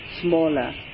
smaller